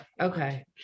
okay